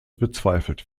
bezweifelt